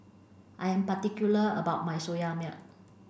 I am particular about my Soya milk